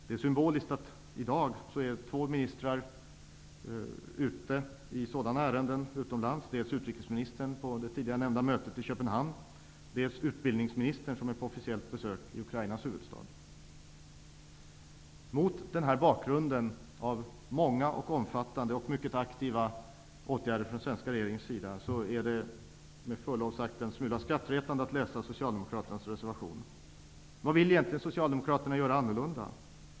Det är symboliskt att två ministrar i dag är ute i sådana ärenden, dels utrikesministern på det tidigare nämnda mötet i Köpenhamn, dels utbildningsministern som är på officiellt besök i Mot den här bakgrunden av många, omfattande och mycket aktiva åtgärder från den svenska regeringens sida är det, med förlov sagt, en smula skrattretande att läsa socialdemokraternas reservation. Vad vill egentligen socialdemokraterna göra annorlunda?